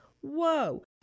Whoa